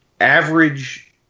average